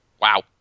Wow